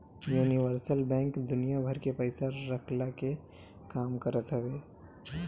universal bank दुनिया भर के पईसा रखला के काम करत हवे